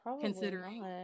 considering